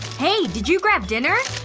hey! did you grab dinner?